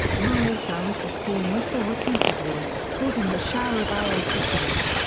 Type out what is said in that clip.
marlow sounds the steam whistle repeatedly, causing the shower of arrows to cease.